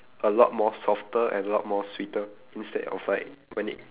a lot more softer and lot more sweeter instead of like when it